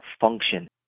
function